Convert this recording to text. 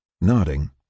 Nodding